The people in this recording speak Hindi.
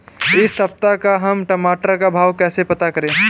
इस सप्ताह का हम टमाटर का भाव कैसे पता करें?